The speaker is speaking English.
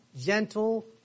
gentle